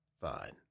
Fine